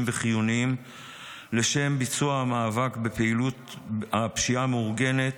וחיוניים לשם ביצוע המאבק בפעילות הפשיעה המאורגנת,